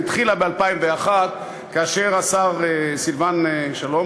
היא התחילה ב-2001 כאשר השר סילבן שלום,